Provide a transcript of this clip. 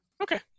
Okay